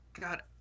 God